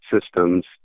Systems